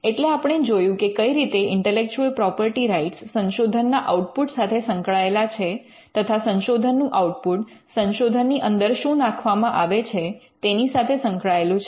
એટલે આપણે જોયું કે કઈ રીતે ઇન્ટેલેક્ચુઅલ પ્રોપર્ટી રાઇટ્સ સંશોધનના આઉટ્પુટ સાથે સંકળાયેલા છે તથા સંશોધનનું આઉટ્પુટ સંશોધનની અંદર શું નાખવામાં આવે છે તેની સાથે સંકળાયેલું છે